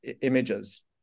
images